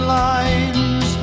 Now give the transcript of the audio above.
lines